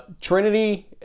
Trinity